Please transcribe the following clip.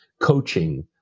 coaching